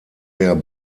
der